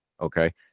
Okay